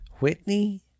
Whitney